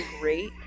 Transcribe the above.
great